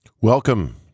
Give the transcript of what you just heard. Welcome